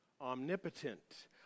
Omnipotent